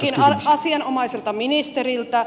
kysynkin asianomaiselta ministeriltä